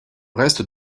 reste